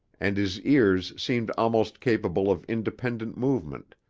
and his ears seemed almost capable of independent movement,